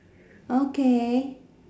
okay